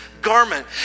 garment